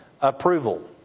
approval